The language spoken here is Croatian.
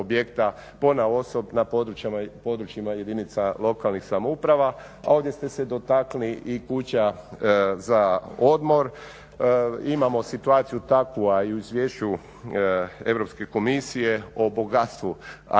ponaosob na područjima jedinica lokalnih samouprava. Ovdje ste se dotakli i kuća za odmor, imamo situaciju takvu, a i u izvješću Europske komisije o bogatstvu, ajmo